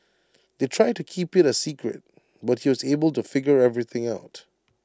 they tried to keep IT A secret but he was able to figure everything out